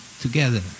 together